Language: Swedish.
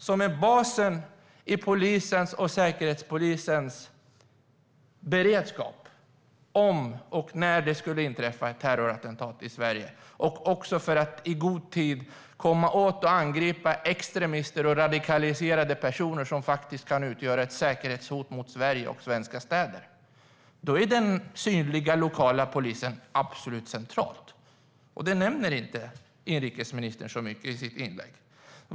Den utgör basen i polisens och säkerhetspolisens beredskap och också för att i god tid komma åt och angripa extremister och radikaliserade personer som faktiskt kan utgöra ett säkerhetshot mot Sverige och svenska städer. Jag tycker att det är högst alarmerande, men om detta nämner inte inrikesministern så mycket i sitt inlägg.